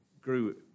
grew